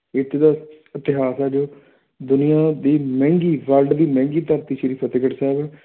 ਇੱਥੇ ਦਾ ਇਤਿਹਾਸ ਹੈ ਜੋ ਦੁਨੀਆ ਦੀ ਮਹਿੰਗੀ ਵਰਲਡ ਦੀ ਮਹਿੰਗੀ ਧਰਤੀ ਸ਼੍ਰੀ ਫਤਿਹਗੜ੍ਹ ਸਾਹਿਬ ਹੈ